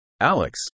Alex